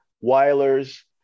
Weiler's